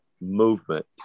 movement